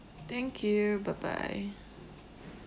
thank you bye bye